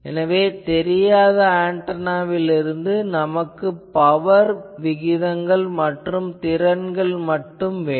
எனவே தெரியாத ஆன்டெனாவிலிருந்து நமக்கு பவர் விகிதங்கள் மற்றும் திறன்கள் மட்டும் வேண்டும்